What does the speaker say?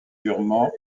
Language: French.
durement